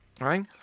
right